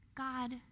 God